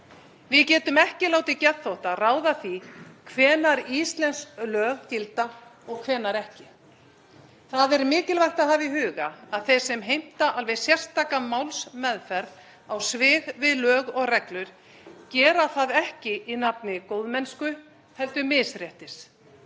Við getum ekki látið geðþótta ráða því hvenær íslensk lög gilda og hvenær ekki. Það er mikilvægt að hafa í huga að þeir sem heimta alveg sérstaka málsmeðferð á svig við lög og reglur gera það ekki í nafni góðmennsku heldur misréttis.